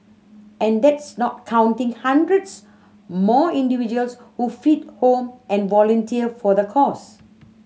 and that's not counting hundreds more individuals who feed home and volunteer for the cause